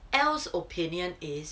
el's opinion is